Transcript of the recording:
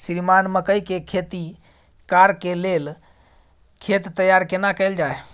श्रीमान मकई के खेती कॉर के लेल खेत तैयार केना कैल जाए?